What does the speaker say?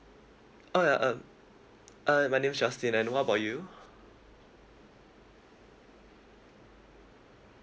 oh ya um uh my name is justin and uh what about you